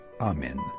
Amen